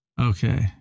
Okay